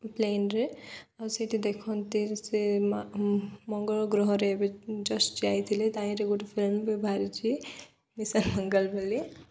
ପ୍ଲେନ୍ରେ ଆଉ ସେଇଠି ଦେଖନ୍ତି ସେ ମଙ୍ଗଳ ଗ୍ରହରେ ଏବେ ଜଷ୍ଟ ଯାଇଥିଲେ ତାହିଁରେ ଗୋଟେ ଫିଲ୍ମ ବି ବାହାରିଛି ମିଶନ୍ ମଙ୍ଗଲ ବୋଲି